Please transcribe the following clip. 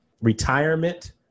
retirement